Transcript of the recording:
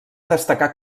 destacar